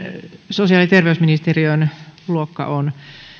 sosiaali ja terveysministeriön luokka on